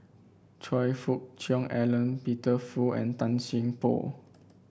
Choe Fook Cheong Alan Peter Fu and Tan Seng Poh